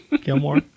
Gilmore